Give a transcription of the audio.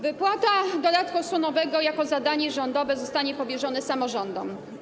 Wypłata dodatku osłonowego jako zadanie rządowe zostanie powierzona samorządom.